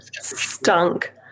stunk